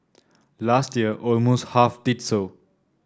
last year almost half did so